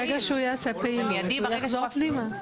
ברגע שהוא יעשה פעילות הוא יחזור פנימה.